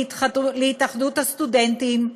להתאחדות הסטודנטיות,